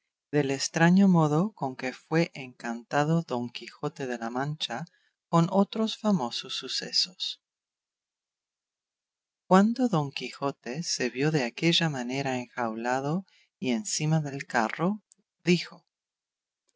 del estraño modo con que fue encantado don quijote de la mancha con otros famosos sucesos cuando don quijote se vio de aquella manera enjaulado y encima del carro dijo